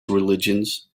religions